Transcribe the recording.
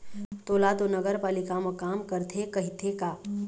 तोला तो नगरपालिका म काम करथे कहिथे का?